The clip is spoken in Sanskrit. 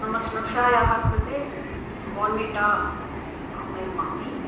मम स्नुषायाः कृते बोन्वीटा निर्मामि